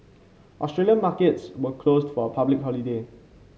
Australian markets were closed for a public holiday